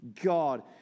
God